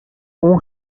اون